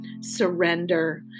surrender